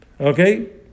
Okay